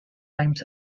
times